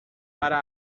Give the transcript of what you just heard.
para